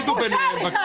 בושה לך.